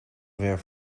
ver